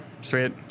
sweet